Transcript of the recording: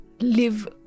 live